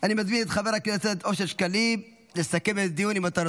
חברת הכנסת מיכל מרים וולדיגר,